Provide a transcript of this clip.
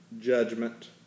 judgment